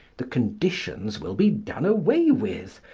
the conditions will be done away with,